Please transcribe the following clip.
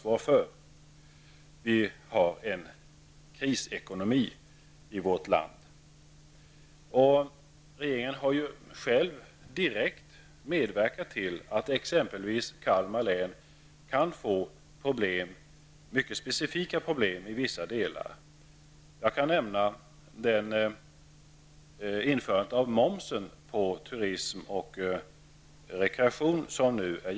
Vi har en krisekonomi i vårt land. Regeringen har själv direkt medverkat till att exempelvis Kalmar län kan få mycket specifika problem i vissa delar. Jag kan nämna införandet av moms på turism och rekreation.